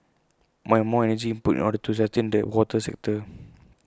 more and more energy input in order to sustain the water sector